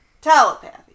Telepathy